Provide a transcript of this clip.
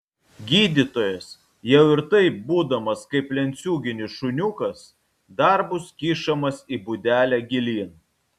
gydytojas jau ir taip būdamas kaip lenciūginis šuniukas dar bus kišamas į būdelę gilyn